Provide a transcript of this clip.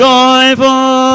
Joyful